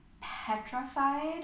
petrified